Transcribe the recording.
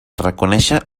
reconèixer